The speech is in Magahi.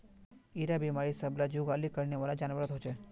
इरा बिमारी सब ला जुगाली करनेवाला जान्वारोत होचे